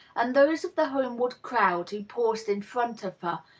and those of the homeward crowd who paused in front of her,